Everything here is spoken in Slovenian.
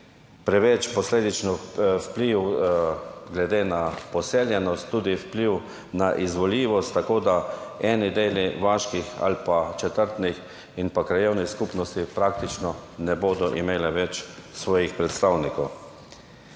preveč posledičen vpliv glede na poseljenost, tudi vpliv na izvoljivost. Tako da eni deli vaških ali pa četrtnih in krajevnih skupnosti praktično ne bodo več imeli svojih predstavnikov.